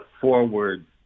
forward